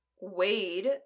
Wade